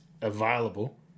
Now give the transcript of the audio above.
available